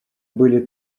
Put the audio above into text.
были